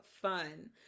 fun